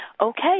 Okay